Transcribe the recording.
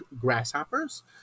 grasshoppers